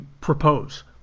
propose